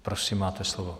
Prosím, máte slovo.